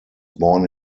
born